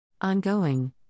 Ongoing